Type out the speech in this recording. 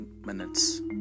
minutes